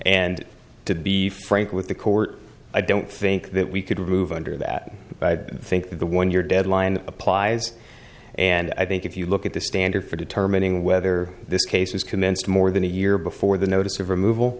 and to be frank with the court i don't think that we could move under that i think the one year deadline applies and i think if you look at the standard for determining whether this case is commenced more than a year before the notice of remov